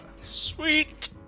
Sweet